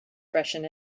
freshen